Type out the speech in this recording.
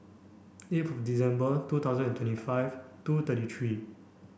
eighth December two thousand and twenty five two thirty three